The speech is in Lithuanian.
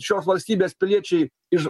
šios valstybės piliečiai iš